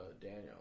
Daniel